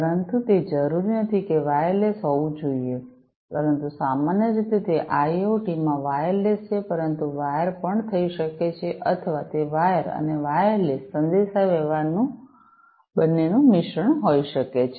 પરંતુ તે જરૂરી નથી કે તે વાયરલેસ હોવું જોઈએ પરંતુ સામાન્ય રીતે તે આઇઓટીમાં વાયરલેસ છે પરંતુ તે વાયર પણ થઈ શકે છે અથવા તે વાયર અને વાયરલેસ સંદેશાવ્યવહાર બંનેનું મિશ્રણ હોઈ શકે છે